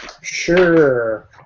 Sure